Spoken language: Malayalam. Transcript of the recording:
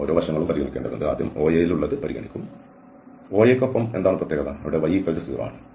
അതിനാൽ OA യ്ക്കൊപ്പം എന്താണ് പ്രത്യേകത y 0 ആണ്